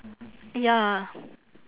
ya